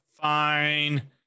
Fine